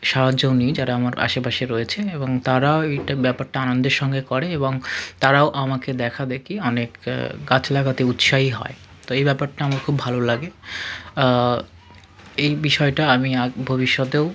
সাহায্যও নিই যারা আমার আশেপাশে রয়েছেন এবং তারা এইটা ব্যাপারটা আনন্দের সঙ্গে করে এবং তারাও আমাকে দেখাদেখি অনেক গাছ লাগাতে উৎসাহী হয় তো এই ব্যাপারটা আমার খুব ভালো লাগে এই বিষয়টা আমি ভবিষ্যতেও